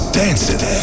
dancing